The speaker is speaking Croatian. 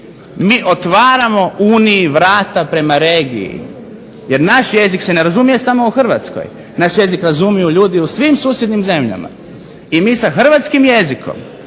mi otvaramo Uniji vrata prema regiji, jer naš jezik se ne razumije samo u Hrvatskoj, naš jezik razumiju ljudi u svim susjednim zemljama. I mi sa hrvatskim jezikom,